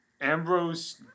Ambrose